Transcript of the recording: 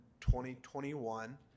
2021